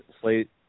slate